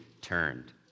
turned